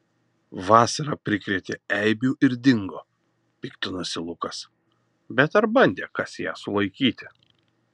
vasara prikrėtė eibių ir dingo piktinosi lukas bet ar bandė kas ją sulaikyti